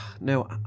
No